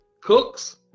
cooks